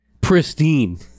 pristine